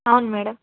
అవును మ్యాడమ్